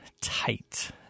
tight